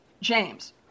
James